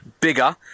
bigger